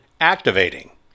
activating